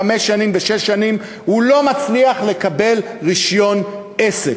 חמש שנים ושש שנים הוא לא מצליח לקבל רישיון עסק.